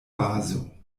bazo